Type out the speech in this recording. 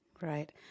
Right